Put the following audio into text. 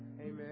Amen